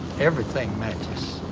everything matches.